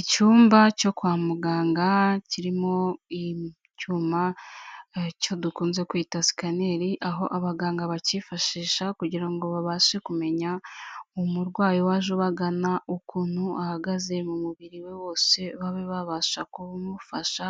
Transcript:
Icyumba cyo kwa muganga kirimo ibyuma, icyo dukunze kwita scanner, aho abaganga bakifashisha kugira ngo babashe kumenya umurwayi waje ubagana ukuntu ahagaze mu mubiri we wose, babe babasha kumufasha